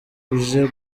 uje